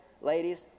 ladies